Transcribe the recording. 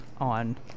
on